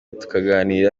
tukaganira